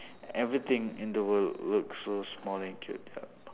everything in the world look so small and cute yup